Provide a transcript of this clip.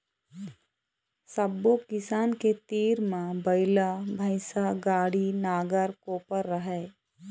सब्बो किसान के तीर म बइला, भइसा, गाड़ी, नांगर, कोपर राहय